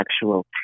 actual